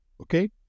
Okay